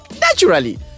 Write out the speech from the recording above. Naturally